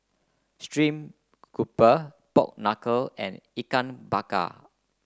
stream grouper Pork Knuckle and Ikan Bakar